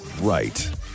Right